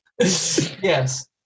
Yes